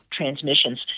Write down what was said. Transmissions